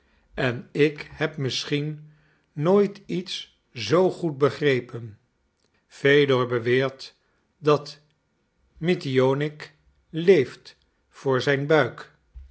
en ik heb misschien nooit iets zoo goed begrepen fedor beweert dat mitionik leeft voor zijn buik